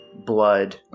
blood